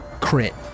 Crit